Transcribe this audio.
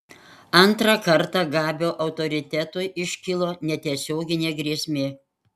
antrą kartą gabio autoritetui iškilo netiesioginė grėsmė